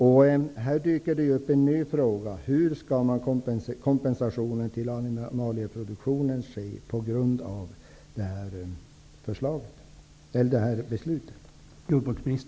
En ny fråga dyker upp: Hur skall kompensationen till animalieproduktionen ske enligt det här beslutet?